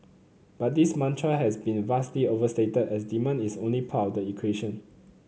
but this mantra has been vastly overstated as demand is only part of the equation